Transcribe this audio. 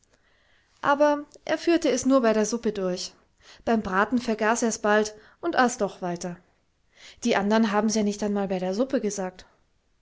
aber er führte es nur bei der suppe durch beim braten vergaß ers bald und aß doch weiter die andern habens ja nicht einmal bei der suppe gesagt